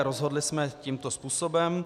Rozhodli jsme tímto způsobem.